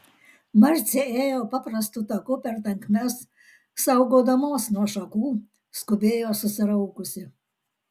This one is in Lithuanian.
marcė ėjo paprastu taku per tankmes saugodamos nuo šakų skubėjo susiraukusi